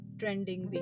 trending